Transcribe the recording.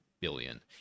billion